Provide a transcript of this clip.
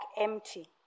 empty